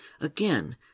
Again